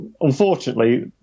Unfortunately